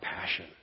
passion